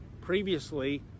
previously